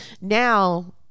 now